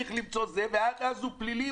ועד אז הוא פלילי,